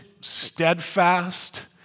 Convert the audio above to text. steadfast